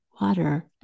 water